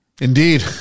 Indeed